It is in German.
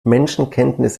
menschenkenntnis